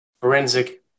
forensic